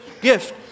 gift